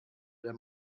der